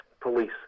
police